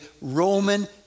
Roman